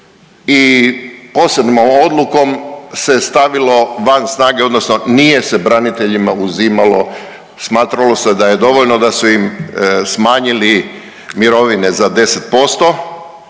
i posebnom odlukom se stavilo van snage odnosno nije se braniteljima uzimalo, smatralo se je da je dovoljno da su im smanjili mirovine za 10%